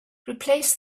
replace